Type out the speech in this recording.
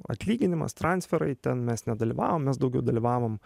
atlyginimas transferai ten mes nedalyvavom mes daugiau dalyvavom